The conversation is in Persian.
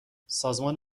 سازمان